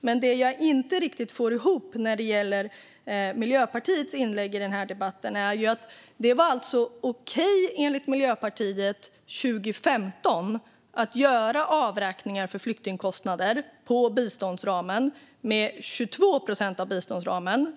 Men det man kan fundera på när det gäller Miljöpartiet i detta sammanhang och det som jag inte riktigt får ihop är att det alltså var okej enligt Miljöpartiet att göra avräkningar för flyktingkostnader på biståndsramen med 22 procent 2015.